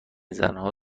زنها